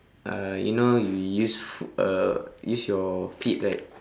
uh you know you use foo~ uh use your feet right